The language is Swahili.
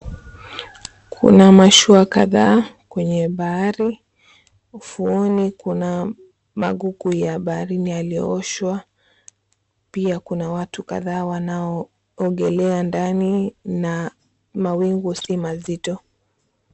Kuna mashua kadhaa kwenye bahari. Ufuoni kuna magugu ya baharini yaliyooshwa. Pia kuna watu kadhaa wanaoogelea ndani na mawingu si mazito.